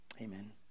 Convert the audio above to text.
Amen